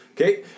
Okay